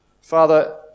Father